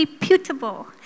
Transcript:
reputable